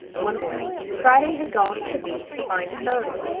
one morning, friday had gone to the beach to find a turtle.